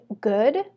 good